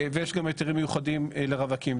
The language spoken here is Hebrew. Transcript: ויש גם היתרים מיוחדים לרווקים.